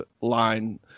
line